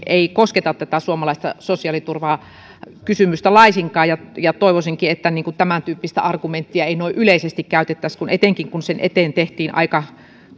ei kosketa tätä suomalaista sosiaaliturvakysymystä laisinkaan toivoisinkin että tämäntyyppistä argumenttia ei noin yleisesti käytettäisi etenkin kun sen eteen tehtiin